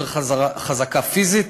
יותר חזקה פיזית,